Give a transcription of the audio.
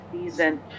season